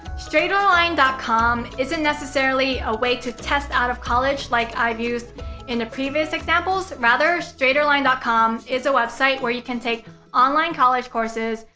straighterline dot com isn't necessarily a way to test out of college like i've used in the previous examples. rather, straighterline dot com is a website where you can take online college courses,